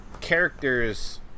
characters